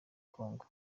congo